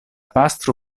pastro